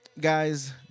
Guys